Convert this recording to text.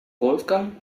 wolfgang